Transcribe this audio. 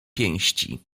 pięści